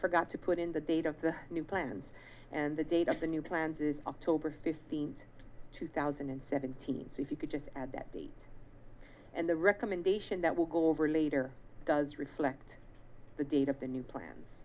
forgot to put in the date of the new plans and the date of the new plans is october fifteenth two thousand and seventeen so if you could just add that the and the recommendation that will go over later does reflect the date of the new plans